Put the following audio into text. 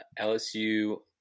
LSU